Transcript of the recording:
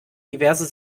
diverse